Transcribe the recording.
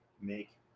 make